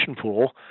pool